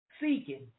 Seeking